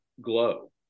glow